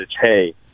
hey